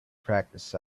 practiced